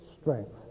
strength